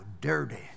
dirty